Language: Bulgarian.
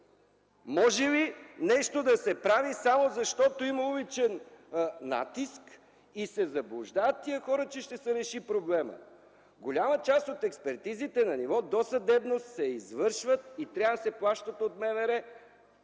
Може ли нещо да се прави само защото има уличен натиск и се заблуждават тези хора, че ще се реши проблемът. Голяма част от експертизите на ниво досъдебност се извършват и трябва да се плащат от МВР